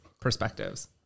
perspectives